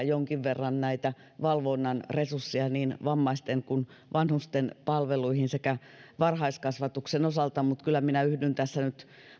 jonkin verran näitä valvonnan resursseja niin vammaisten kuin vanhusten palveluihin sekä varhaiskasvatuksen osalta mutta kyllä minä yhdyn tässä nyt